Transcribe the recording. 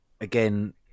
again